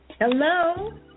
Hello